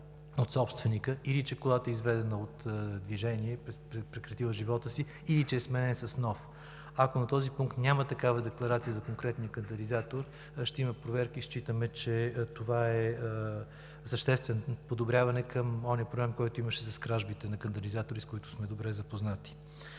от собственика или че колата е изведена от движение, прекратила е живота си, или че е сменен с нов. Ако на този пункт няма такава декларация за конкретния катализатор, ще има проверки и считаме, че това е подобряване към онзи проблем, който имаше с кражбите на катализатори, с който сме добре запознати.